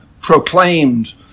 Proclaimed